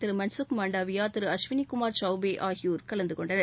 திரு மன்சுக் மாண்டவியா திரு அஸ்வினிகுமார் சௌபே ஆகியோர் கலந்து கொண்டனர்